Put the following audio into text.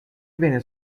venne